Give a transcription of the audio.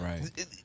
right